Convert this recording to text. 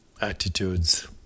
attitudes